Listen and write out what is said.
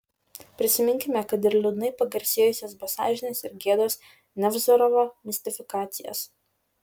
prisiminkime kad ir liūdnai pagarsėjusias be sąžinės ir gėdos nevzorovo mistifikacijas